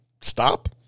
stop